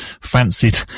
fancied